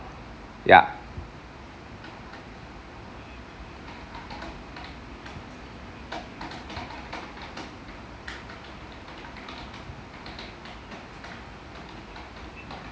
ya